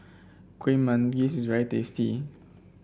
Kuih Manggis is very tasty